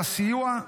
על הסיוע,